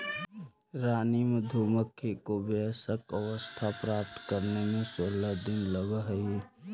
रानी मधुमक्खी को वयस्क अवस्था प्राप्त करने में सोलह दिन लगह हई